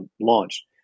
launched